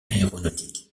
aéronautique